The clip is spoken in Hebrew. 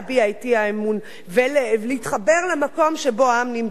את אי-האמון ולהתחבר למקום שבו העם נמצא,